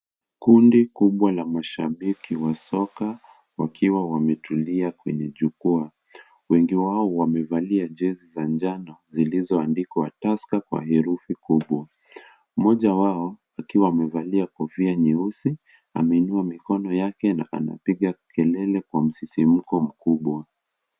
Kundi kubwa la mashaki wa soka wakiwa wametulia kwenye jukwaa wengi wao wamevalia jezi za njano zilizoandikwa TUSKER kwa herufi kubwa ,mmoja wao akiwa amevalia kofia nyeusi ameinua mikono yake na anapiga kelele kwa msisimko mkubwa.